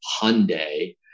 Hyundai